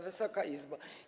Wysoka Izbo!